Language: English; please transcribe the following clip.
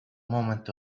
moment